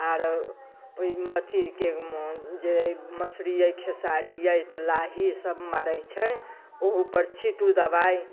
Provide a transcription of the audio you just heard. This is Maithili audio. आर ओहिमे अथिके जे मसुरी अछि खेसारी अछि तऽ लाही सभ मारैत छै ओहू पर छीँटू दवाइ